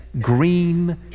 green